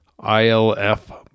ILF